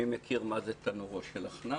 מי מכיר מה זה תנורו של עכנאי?